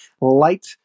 light